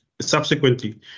subsequently